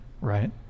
right